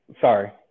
Sorry